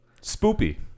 spoopy